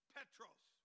Petros